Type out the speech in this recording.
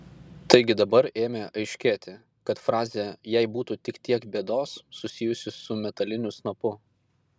taigi dabar ėmė aiškėti kad frazė jei būtų tik tiek bėdos susijusi su metaliniu snapu